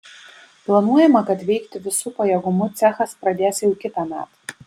planuojama kad veikti visu pajėgumu cechas pradės jau kitąmet